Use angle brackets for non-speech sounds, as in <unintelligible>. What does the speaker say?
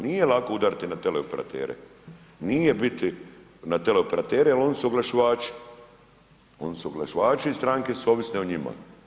Nije lako udariti na teleoperatere, nije ... <unintelligible> na teleoperatere jer oni su oglašivači, oni su oglašivači i stranke su ovisne o njima.